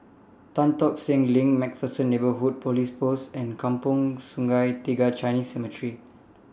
Tan Tock Seng LINK MacPherson Neighbourhood Police Post and Kampong Sungai Tiga Chinese Cemetery